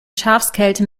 schafskälte